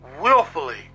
willfully